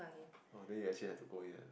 !woah! then you actually had to go in and